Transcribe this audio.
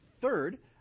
third